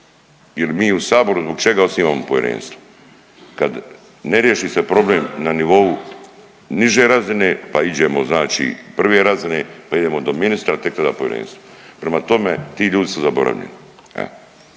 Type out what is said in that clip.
ili mi u Saboru zbog čega osnivamo povjerenstvo. Kad ne riješi se problem na nivou niže razine pa iđemo znači prve razine pa idemo do ministra tek tada povjerenstvo. Prema tome, ti ljudi su zaboravljeni.